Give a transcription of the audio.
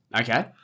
Okay